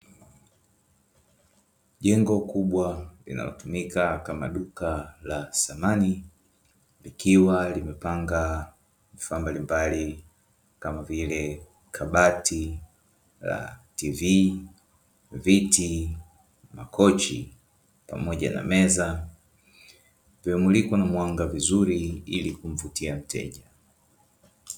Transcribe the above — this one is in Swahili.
Jengo kubwa linalotumika kama duka la samani, likiwa limepanga vifaa mbalimbali, kama vile: kabati la "TV", viti, makochi pamoja na meza; vimemulikwa na mwanga vizuri ili kumvutia mteja.